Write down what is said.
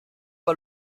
pas